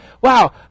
wow